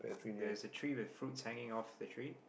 there's a tree with fruits hanging off the tree